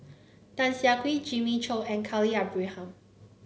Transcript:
Tan Siah Kwee Jimmy Chok and Khalil Ibrahim